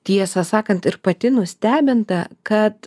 tiesą sakant ir pati nustebinta kad